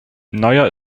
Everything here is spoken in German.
neuer